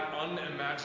unimaginable